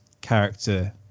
character